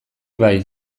bai